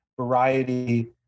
Variety